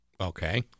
Okay